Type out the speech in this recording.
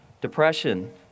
depression